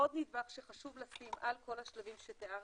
עוד נדבך שחשוב לשים על כל השלבים שתיארתי,